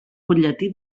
butlletí